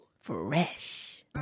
Fresh